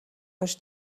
гэж